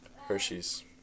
Hershey's